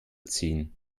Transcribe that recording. ziehen